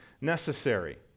necessary